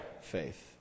faith